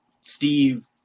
Steve